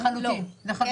לחלוטין.